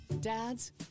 Dads